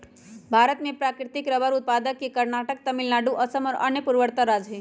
भारत में प्राकृतिक रबर उत्पादक के कर्नाटक, तमिलनाडु, असम और अन्य पूर्वोत्तर राज्य हई